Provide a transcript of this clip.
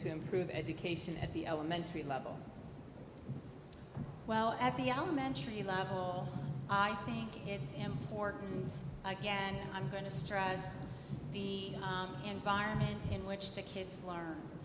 through education at the elementary level well at the elementary level i think it's important again i'm going to stress the environment in which the kids learn